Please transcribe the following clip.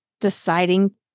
deciding